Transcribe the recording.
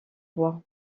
roi